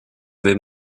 vais